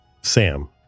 Sam